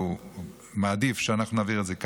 והוא מעדיף שאנחנו נעביר את זה כאן,